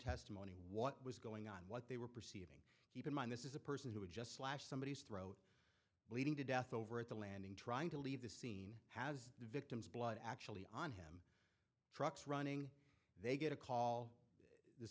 testimony what was going on what they were perceived keep in mind this is a person who would just slash somebodies throat bleeding to death over at the landing trying to leave the scene has the victim's blood actually on him trucks running they get a call this